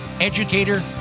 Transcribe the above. educator